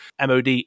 MOD